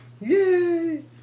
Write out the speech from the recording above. yay